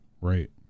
right